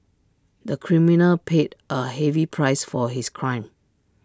the criminal paid A heavy price for his crime